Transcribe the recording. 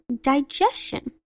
digestion